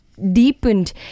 Deepened